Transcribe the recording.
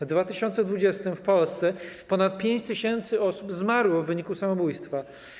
W 2020 r. w Polsce ponad 5 tys. osób zmarło w wyniku samobójstwa.